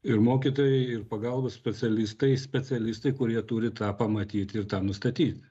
ir mokytojai ir pagalbos specialistai specialistai kurie turi tą pamatyti ir tą nustatyti